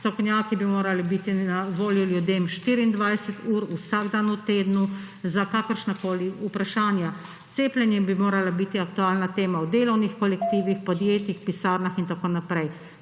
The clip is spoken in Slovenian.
strokovnjaki bi morali biti na voljo ljudem 24 ur vsak dan v tednu za kakršnakoli vprašanja. Cepljenje bi morala biti aktualna tema v delovnih kolektivih podjetij, pisarnah in tako naprej.